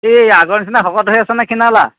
এই আগৰ নিচিনা শকত হৈ আছা নে ক্ষীণালা